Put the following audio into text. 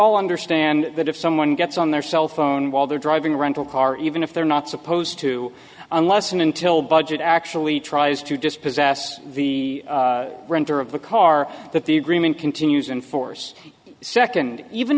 all understand that if someone gets on their cell phone while they're driving a rental car even if they're not supposed to unless and until budget actually tries to dispossess the renter of the car that the agreement continues in force second even